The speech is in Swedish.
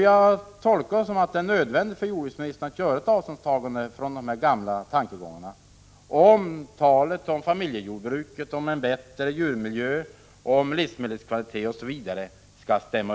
Jag tolkar det så att det är nödvändigt för jordbruksministern att ta avstånd från dessa gamla tankegångar om det skall finnas täckning för talet om familjejordbruk, om bättre djurmiljö, om livsmedelskvalitet osv.